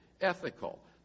ethical